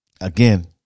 Again